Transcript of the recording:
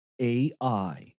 AI